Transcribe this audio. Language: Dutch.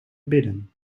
bidden